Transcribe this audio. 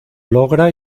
logra